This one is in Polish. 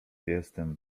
jestem